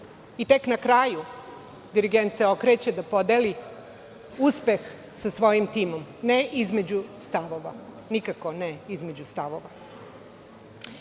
i tek na kraju, dirigent se okreće da podeli uspeh sa svojim timom, ne između stavova, nikako ne između stavova. Drugi,